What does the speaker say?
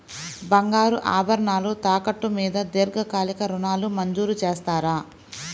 బంగారు ఆభరణాలు తాకట్టు మీద దీర్ఘకాలిక ఋణాలు మంజూరు చేస్తారా?